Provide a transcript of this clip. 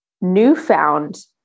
newfound